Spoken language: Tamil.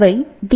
அவை டி